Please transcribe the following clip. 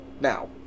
now